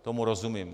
Tomu rozumím.